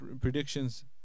predictions